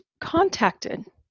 contacted